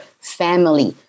family